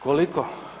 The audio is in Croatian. Koliko?